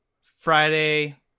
Friday